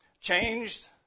changed